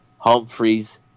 Humphreys